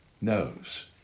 knows